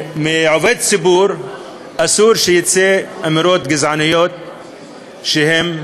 שמעובד ציבור אסור שתצאנה אמירות גזעניות שהן